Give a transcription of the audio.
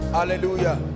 Hallelujah